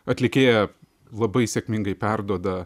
atlikėja labai sėkmingai perduoda